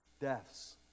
deaths